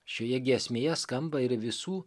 šioje giesmėje skamba ir visų